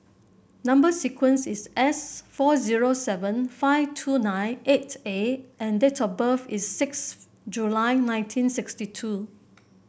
number sequence is S four zero seven five two nine eight A and date of birth is six July nineteen sixty two